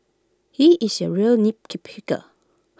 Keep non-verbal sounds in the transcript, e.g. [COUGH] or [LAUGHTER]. he is A real [UNINTELLIGIBLE]